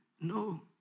No